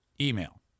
email